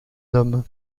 homme